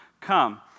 Come